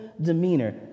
demeanor